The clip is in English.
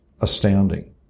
astounding